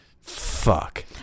Fuck